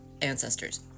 ancestors